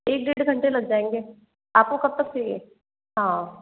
एक डेढ़ घंटे लग जाएंगे आपको कब तक चाहिए हाँ